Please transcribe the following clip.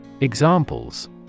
Examples